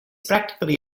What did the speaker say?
practically